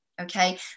Okay